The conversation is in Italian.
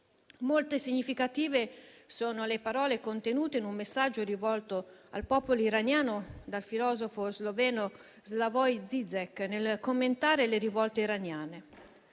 Molto significative sono le parole contenute in un messaggio rivolto al popolo iraniano dal filosofo sloveno Slavoj Zyzek nel commentare le rivolte iraniane: